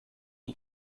und